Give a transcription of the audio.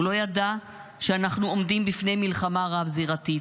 הוא לא ידע שאנחנו עומדים בפני מלחמה רב-זירתית,